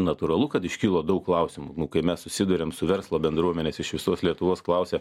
natūralu kad iškilo daug klausimų kai mes susiduriam su verslo bendruomenės iš visos lietuvos klausia